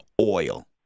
oil